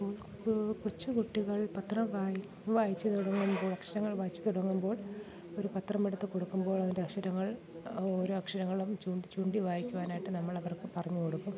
കൊച്ചുകുട്ടികൾ പത്രം വായി വായിച്ചു തുടങ്ങുമ്പോൾ അക്ഷരങ്ങൾ വായിച്ച് തുടങ്ങുമ്പോൾ ഒരു പത്രമെടുത്ത് കൊടുക്കുമ്പോൾ അതിൻ്റെ അക്ഷരങ്ങൾ ഓരോ അക്ഷരങ്ങളും ചൂണ്ടി ചൂണ്ടി വായിക്കുവാനായിട്ട് നമ്മൾ അവർക്ക് പറഞ്ഞു കൊടുക്കും